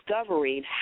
discovering